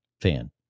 fan